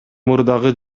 мурдагы